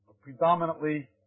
predominantly